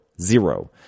zero